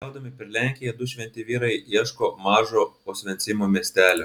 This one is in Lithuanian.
keliaudami per lenkiją du šventi vyrai ieško mažo osvencimo miestelio